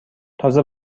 تازه